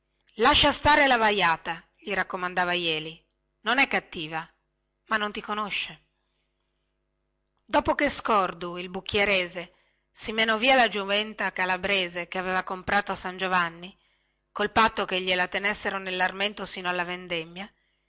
lascia stare la vajata gli raccomandava jeli non è cattiva ma non ti conosce dopo che scordu il bucchierese si menò via la giumenta calabrese che aveva comprato a san giovanni col patto che gliela tenessero nellarmento sino alla vendemmia